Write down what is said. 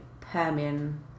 Permian